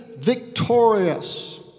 victorious